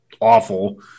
awful